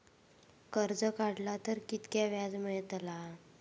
कर्ज काडला तर कीतक्या व्याज मेळतला?